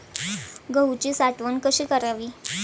गहूची साठवण कशी करावी?